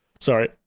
sorry